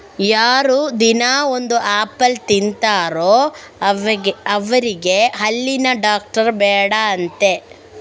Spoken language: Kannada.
ಯಾರು ದಿನಾ ಒಂದು ಆಪಲ್ ತಿಂತಾರೋ ಅವ್ರಿಗೆ ಹಲ್ಲಿನ ಡಾಕ್ಟ್ರು ಬೇಡ ಅಂತೆ